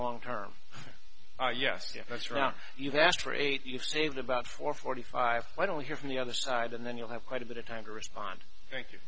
long term yes yes that's right you've asked for eight you've saved about four forty five why don't we hear from the other side and then you'll have quite a bit of time to respond thank you